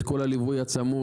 את כל הליווי הצמוד,